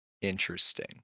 Interesting